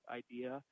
idea